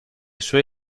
suoi